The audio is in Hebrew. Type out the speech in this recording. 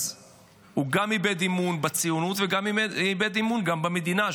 אז הוא גם איבד אמון בציונות וגם איבד אמון במדינה,